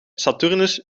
saturnus